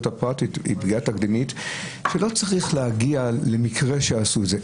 הפרט ולא צריך להגיע למקרה שיעשו את זה.